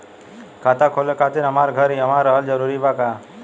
खाता खोले खातिर हमार घर इहवा रहल जरूरी बा का?